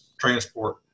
transport